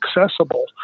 accessible